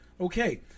Okay